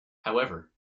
however